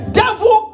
devil